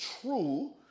true